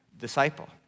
disciple